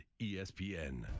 ESPN